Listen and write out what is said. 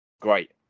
great